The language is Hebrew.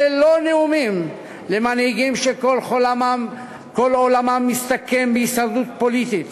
אלה לא נאומים למנהיגים שכל עולמם מסתכם בהישרדות פוליטית,